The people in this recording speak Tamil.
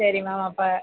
சரி மேம் அப்போ